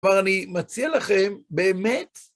ואני מציע לכם באמת...